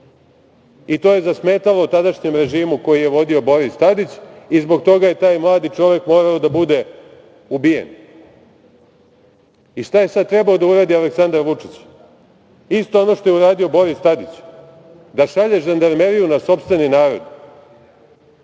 To je zasmetalo tadašnjem režimu koji je vodio Boris Tadić i zbog toga je taj mladi čovek morao da bude ubijen. Šta je sada trebalo da uradi Aleksandar Vučić, isto ono što je uradio Boris Tadić, da šalje žandarmeriju na sopstveni narod,